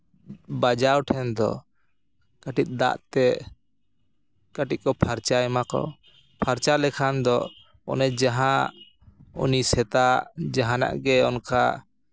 ᱵᱟᱡᱟᱣ ᱴᱷᱮᱱ ᱫᱚ ᱠᱟᱹᱴᱤᱡ ᱫᱟᱜ ᱛᱮ ᱠᱟᱹᱴᱤᱡ ᱠᱚ ᱯᱷᱟᱨᱪᱟᱭ ᱢᱟᱠᱚ ᱯᱷᱟᱨᱪᱟ ᱞᱮᱠᱷᱟᱱ ᱫᱚ ᱚᱱᱮ ᱡᱟᱦᱟᱸ ᱩᱱᱤ ᱥᱮᱛᱟ ᱡᱟᱦᱟᱱᱟᱜ ᱜᱮ ᱚᱱᱠᱟ